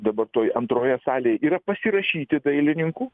dabar toj antroje salėje yra pasirašyti dailininkų